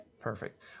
Perfect